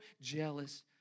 jealous